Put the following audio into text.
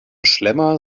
schlemmer